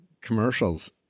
commercials